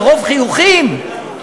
מרוב חיוכים,